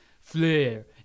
flare